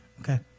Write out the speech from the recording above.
okay